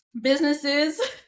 businesses